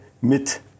mit